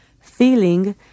FEELING